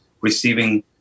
receiving